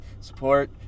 support